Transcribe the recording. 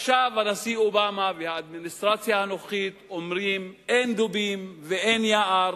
עכשיו הנשיא אובמה והאדמיניסטרציה הנוכחית אומרים: אין דובים ואין יער.